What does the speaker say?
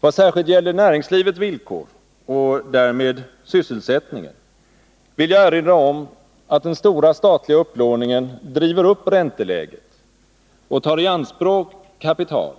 Vad särskilt gäller näringslivets villkor och därmed sysselsättningen vill jag erinra om att den stora statliga upplåningen driver upp ränteläget och tar i anspråk kapital,